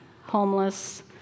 homeless